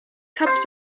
comes